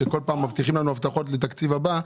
שכל פעם מבטיחים לנו הבטחות לתקציב הבא,